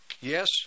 yes